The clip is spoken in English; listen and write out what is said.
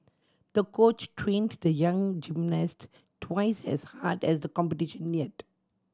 the coach trained the young gymnast twice as hard as the competition neared